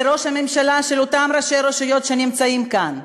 לראש הממשלה של אותם ראשי רשויות שנמצאים כאן,